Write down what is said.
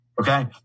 Okay